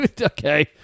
Okay